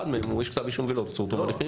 אחד מהם יש כתב אישום ולא עצור תום הליכים.